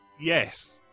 Yes